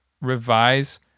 revise